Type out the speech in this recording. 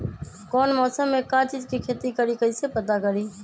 कौन मौसम में का चीज़ के खेती करी कईसे पता करी?